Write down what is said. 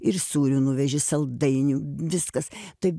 ir sūrių nuveži saldainių viskas taip